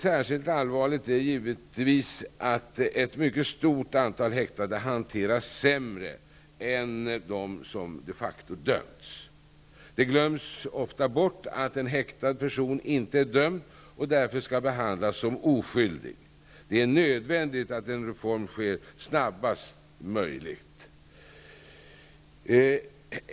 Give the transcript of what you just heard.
Särskilt allvarligt är, givetvis, att ett stort antal häktade hanteras sämre än de som de facto dömts. Det glöms ofta bort att en häktad person inte är dömd och därför skall behandlas som oskyldig. Det är nödvändigt att en reform sker snabbast möjligt.